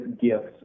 gifts